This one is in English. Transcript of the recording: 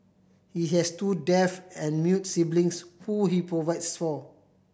he has two deaf and mute siblings who he provides for